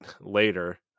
later